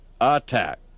attack